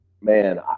man